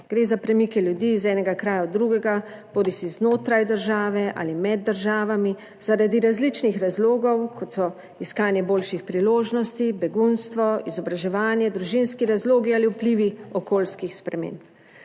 Gre za premike ljudi iz enega kraja v drugega bodisi znotraj države ali med državami zaradi različnih razlogov kot so iskanje boljših priložnosti, begunstvo, izobraževanje, družinski razlogi ali vplivi okoljskih sprememb.